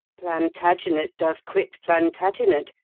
plantagenet doth quit plantagenet,